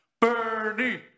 Bernie